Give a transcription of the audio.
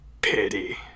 pity